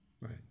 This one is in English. Right